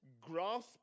grasp